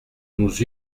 nous